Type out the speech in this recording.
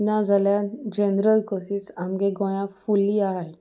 नाजाल्यार general courses आमगे गोंया फुल्ली आसाय